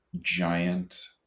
giant